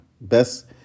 best